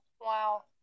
Wow